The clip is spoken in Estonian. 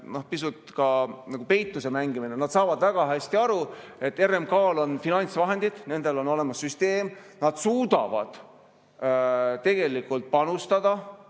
pisut nagu peituse mängimine. Nad saavad väga hästi aru, et RMK-l on finantsvahendid, nendel on olemas süsteem, nad suudavad tegelikult panustada.